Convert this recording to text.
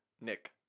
Nick